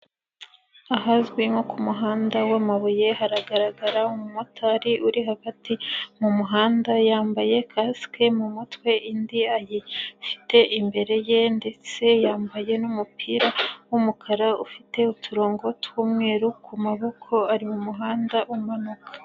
Ahazwi nko kumuhanda w'amabuye, haragaragara umumotari uri hagati mumuhanda, yambaye Kasike mu mutwe, indi ayifite imbere ye, ndetse yambaye n'umupira w'umukara ufite uturongo tw'umweru kumaboko, ari mu muhanda umanuka.